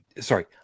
sorry